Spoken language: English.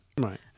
Right